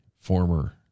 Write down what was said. former